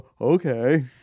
Okay